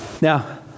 Now